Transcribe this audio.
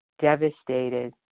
devastated